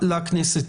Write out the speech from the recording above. לכנסת?